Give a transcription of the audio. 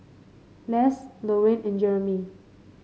Les Lorraine and Jeramy